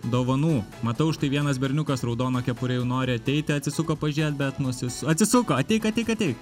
dovanų matau štai vienas berniukas raudona kepure jau nori ateiti atsisuko pažiūrėt bet nusisu atsisuko ateik ateik ateik